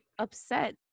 Upset